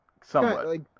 Somewhat